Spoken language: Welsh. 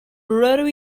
rydw